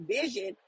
vision